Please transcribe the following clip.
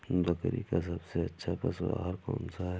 बकरी का सबसे अच्छा पशु आहार कौन सा है?